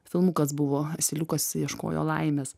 filmukas buvo asiliukas ieškojo laimės